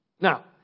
Now